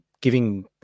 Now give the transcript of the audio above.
giving